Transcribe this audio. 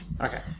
Okay